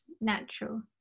natural